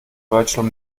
virtual